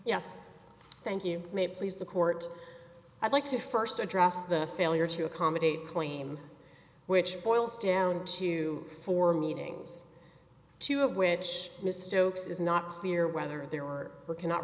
yes thank you may please the court i'd like to first address the failure to accommodate claim which boils down to four meetings two of which mr oakes is not clear whether there were or cannot